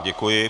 Děkuji.